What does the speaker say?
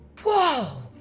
Whoa